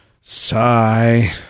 Sigh